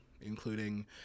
including